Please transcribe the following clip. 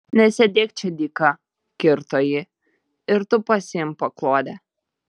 nesėdėk čia dyka kirto ji ir tu pasiimk paklodę